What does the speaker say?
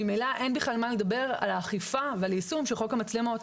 ממילא אין בכלל מה לדבר על האכיפה ועל היישום של חוק המצלמות,